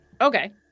Okay